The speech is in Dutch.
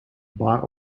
bar